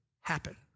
happen